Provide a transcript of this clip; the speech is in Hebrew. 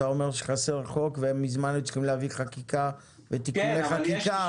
אתה אומר שחסר חוק ומזמן היו צריכים להביא חקיקה ותיקוני חקיקה.